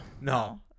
No